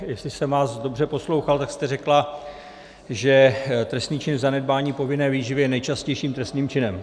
Jestli jsem vás dobře poslouchal, tak jste řekla, že trestný čin zanedbání povinné výživy je nejčastějším trestným činem.